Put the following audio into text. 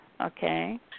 Okay